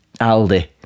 Aldi